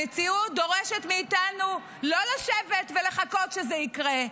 המציאות דורשת מאיתנו לא לשבת ולחכות שזה יקרה,